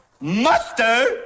mustard